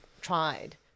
tried